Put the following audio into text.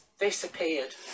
disappeared